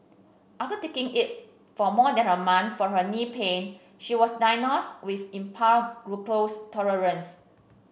after taking it for more than a month for her knee pain she was diagnosed with impaired glucose tolerance